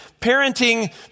parenting